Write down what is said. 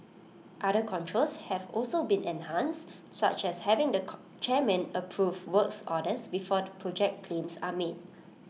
other controls have also been enhanced such as having the con chairman approve works orders before project claims are made